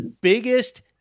biggest